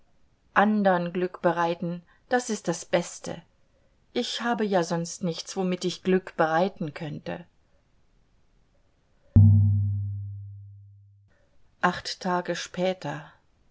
andern glück bereiten das ist das beste ich habe ja sonst nichts womit ich glück bereiten könnte acht tage später